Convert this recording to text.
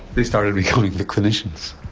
they started becoming the clinicians?